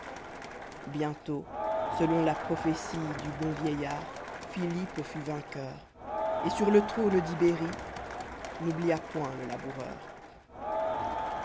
bientôt selon la prophétie du bon vieillard philippe fut vainqueur et sur le trône d'ibérie n'oublia point le